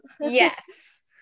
Yes